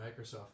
Microsoft